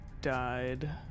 died